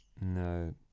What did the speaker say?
no